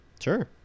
sure